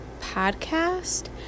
podcast